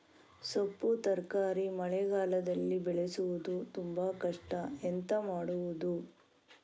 ಸೊಪ್ಪು ತರಕಾರಿ ಮಳೆಗಾಲದಲ್ಲಿ ಬೆಳೆಸುವುದು ತುಂಬಾ ಕಷ್ಟ ಎಂತ ಮಾಡಬಹುದು?